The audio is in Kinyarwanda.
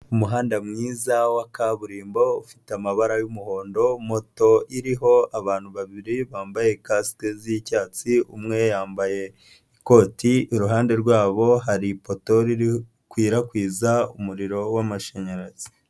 Umuhanda mwiza wa kaburimbo ufite amabara y'umuhondo, moto iriho abantu babiri bambaye casike z'icyatsi, umwe yambaye ikoti iruhande rwabo hari ipoto rikwirakwiza umuriro w'amashanyarazi.